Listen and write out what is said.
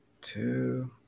Two